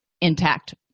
intact